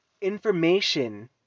information